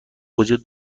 وجود